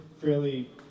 fairly